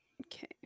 Okay